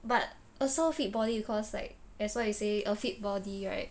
but also fit body because like as what you say a fit body right